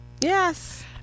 Yes